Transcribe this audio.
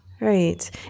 Right